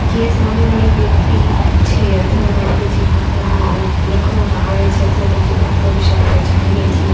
કે એ સામે વાળી વ્યક્તિ છે અથવા તો આપડે જે પાત્રનો લખવામાં આવે છે અથવા તો જે પાત્ર વિશે આપણે જાણીએ છીએ